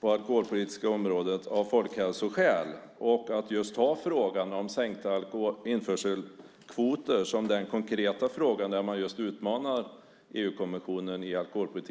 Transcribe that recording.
på det alkoholpolitiska området av folkhälsoskäl. Det skulle då just gälla frågan om sänkta införselkvoter, och där skulle regeringen utmana EU-kommissionen i alkoholpolitiken.